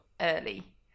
Early